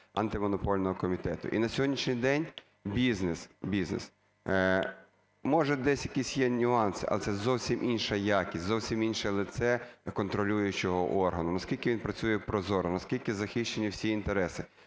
Антимонопольного комітету. І на сьогоднішній день бізнес… може десь якісь є нюанси, а це зовсім інша якість, зовсім інше лице контролюючого органу: наскільки він працює прозоро, наскільки захищені всі інтереси.